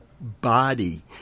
body